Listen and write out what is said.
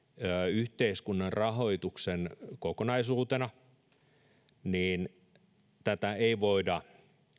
yhteiskunnan rahoituksen kokonaisuutena tätä ei voida